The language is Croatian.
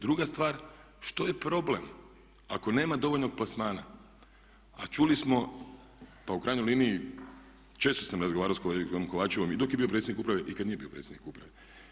Druga stvar, što je problem, ako nema dovoljnog plasmana a čuli smo, pa u krajnjoj liniji često sam razgovarao sa kolegom Kovačevom i dok je bio predsjednik uprave i kada nije bio predsjednik uprave.